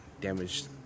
damaged